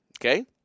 okay